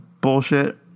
bullshit